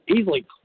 easily